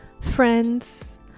Friends